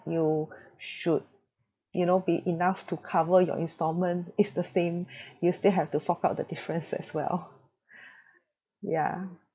you should you know be enough to cover your instalment it's the same you still have to fork out the difference as well yeah